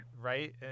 Right